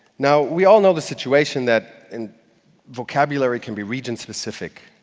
now, we all know the situation that and vocabulary can be region-specific.